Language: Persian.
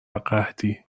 قحطی